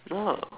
no lah